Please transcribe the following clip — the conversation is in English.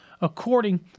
according